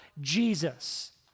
Jesus